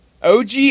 OG